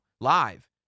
live